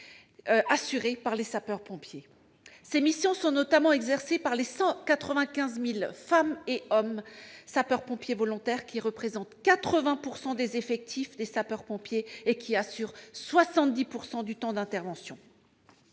assuré par les sapeurs-pompiers. Ses missions sont exercées notamment par les 195 000 femmes et hommes sapeurs-pompiers volontaires, qui représentent 80 % des effectifs de sapeurs-pompiers et assurent 70 % du temps d'intervention.